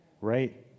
right